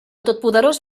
totpoderós